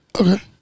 Okay